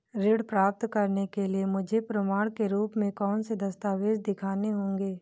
ऋण प्राप्त करने के लिए मुझे प्रमाण के रूप में कौन से दस्तावेज़ दिखाने होंगे?